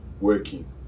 working